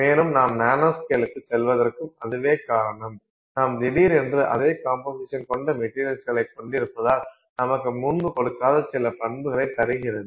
மேலும் நாம் நானோஸ்கேலுக்குச் செல்வதற்கும் அதுவே காரணம் நாம் திடீரென்று அதே காம்போசிஷன் கொண்ட மெட்டீரியல்களைக் கொண்டிருப்பதால் நமக்கு முன்பு கொடுக்காத சில சிறந்த பண்புகளை தருகிறது